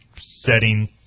setting